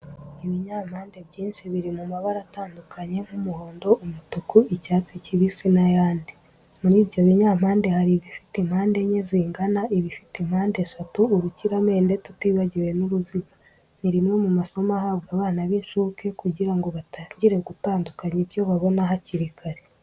Ibinyampande byinshi biri mu mabara atandukanye nk'umuhondo, umutuku, icyatsi kibisi n'ayandi. Muri ibyo binyampande hari ibifite impande enye zingana, ibifite impande eshatu, urukiramende tutibagiwe n'uruziga. Ni rimwe mu masomo ahabwa abana b'incuke kugira ngo batangire gutandukanya ibyo babona hakiri kare.